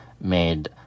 made